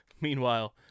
Meanwhile